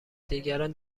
دیگران